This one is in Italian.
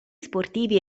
sportivi